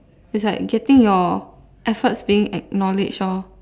is like getting your efforts being acknowledged lor